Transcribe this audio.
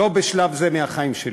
לא בשלב זה בחיים שלי.